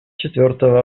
четвертого